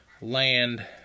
land